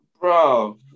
bro